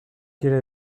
quiere